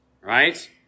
right